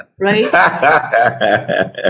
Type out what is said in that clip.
right